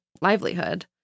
Livelihood